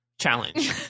challenge